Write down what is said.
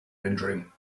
rendering